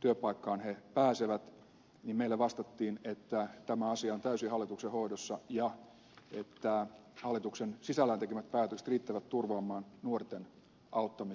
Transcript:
työpaikkaan he pääsevät niin meille vastattiin että tämä asia on täysin hallituksen hoidossa ja että hallituksen sisällään tekemät päätökset riittävät turvaamaan nuorten auttamisen kesän aikana